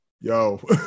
yo